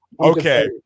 Okay